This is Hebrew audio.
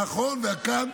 נכון, נכון.